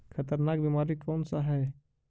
खतरनाक बीमारी कौन सा है?